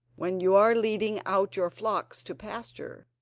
when you are leading out your flocks to pasture,